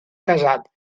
casat